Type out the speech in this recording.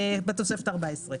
בתוספת הארבע-עשרה.